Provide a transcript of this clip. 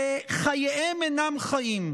שחייהם אינם חיים,